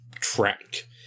track